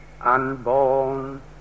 unborn